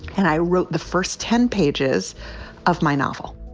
and i wrote the first ten pages of my novel.